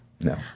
no